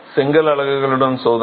செங்கல் அலகுகளுடன் சோதனை